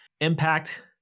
impact